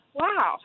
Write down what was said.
wow